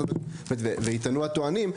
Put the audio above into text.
ויטענו הטוענים,